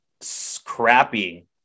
scrappy